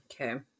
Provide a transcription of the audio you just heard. Okay